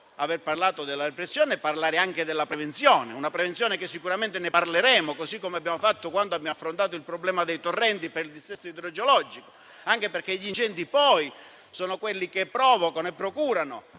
aver parlato della repressione, parlare anche della prevenzione; sicuramente ne parleremo, così come abbiamo fatto quando abbiamo affrontato il problema dei torrenti per il dissesto idrogeologico. Anche perché gli incentivi sono quelli che provocano e procurano